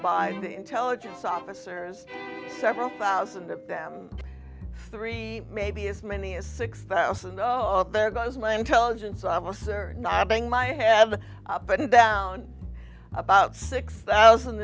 by the intelligence officers several thousand of them three maybe as many as six thousand all there goes my intelligence officer nodding my head up and down about six thousand